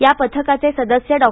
या पथकाचे सदस्य डॉ